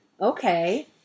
Okay